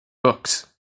books